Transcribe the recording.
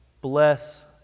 Bless